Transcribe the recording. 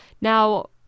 now